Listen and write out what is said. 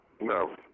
no